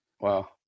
Wow